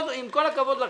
עם כל הכבוד לכם,